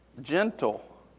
gentle